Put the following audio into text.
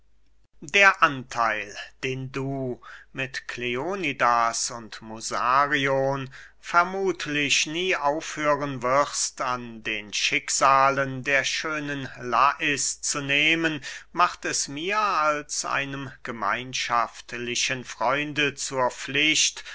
der antheil den du mit kleonidas und musarion vermuthlich nie aufhören wirst an den schicksalen der schönen lais zu nehmen macht es mir als einem gemeinschaftlichen freunde zur pflicht